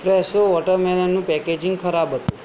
Fresho water મેલનનું packaging ખરાબ હતું